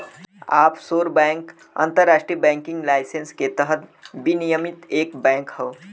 offshore bank अंतरराष्ट्रीय banking licence के तहत विनियमित एक बैंक हौ